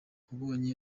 wabonye